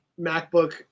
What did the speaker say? MacBook